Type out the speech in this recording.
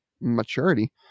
maturity